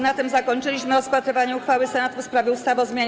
Na tym zakończyliśmy rozpatrywanie uchwały Senatu w sprawie ustawy o zmianie